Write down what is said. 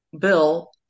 bill